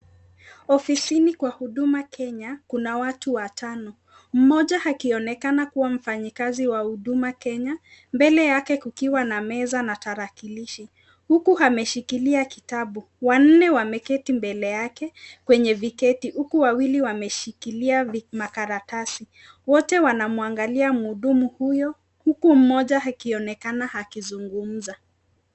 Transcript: Ofisini kwa huduma Kenya kuna watu watano, mmoja akionekana kuwa mfanyikazi wa huduma Kenya mbele yake kukiwa na meza na tarakilishi huku ameshikilia kitabu. Wanne wameketi mbele yake kwenye viketi huku wawili wakiwa wameshikilia makaratasi, wote wanamwangalia muhudumu huyo huku mmoja akionekana akizungumza.